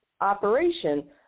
operation